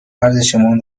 ارزشمون